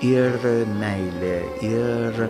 ir meilė ir